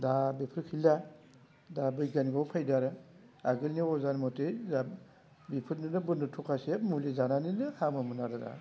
दा बेफोर गैला दा बैगियानिकआव फैदो आरो आगोलनि अजानि मथे जाहा बिफोरनिनो बोन्दो थखासे मुलि जानानै हामोमोन आरोना